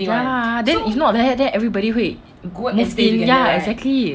ya if not then everybody will move in ya exactly